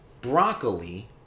broccoli